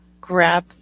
grab